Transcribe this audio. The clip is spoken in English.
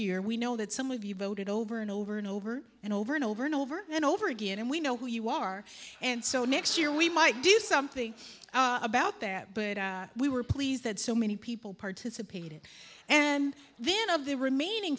year we know that some of you voted over and over and over and over and over and over and over again and we know who you are and so next year we might do something about that but we were pleased that so many people participated and then of the remaining